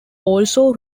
also